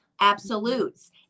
absolutes